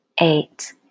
eight